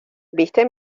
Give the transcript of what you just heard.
viste